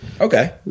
okay